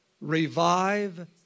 revive